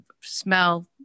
smell